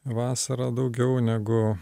vasarą daugiau negu